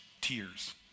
tears